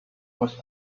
was